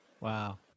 Wow